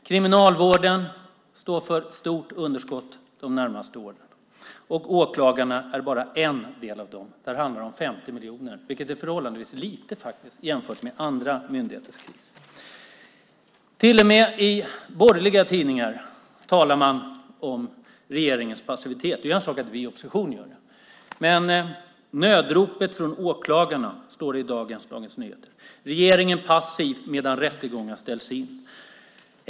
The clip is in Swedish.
Kriminalvården står för ett stort underskott de närmaste åren. Åklagarna är bara en del av detta. Där handlar det om 50 miljoner, vilket faktiskt är förhållandevis lite jämfört med andra myndigheters kris. Till och med i borgerliga tidningar talar man om regeringens passivitet. Det är en sak att vi i opposition gör det. Men i Dagens Nyheter i dag står det: Nödropet från åklagarna. Sedan står det: Regeringen passiv medan rättegångar ställs in.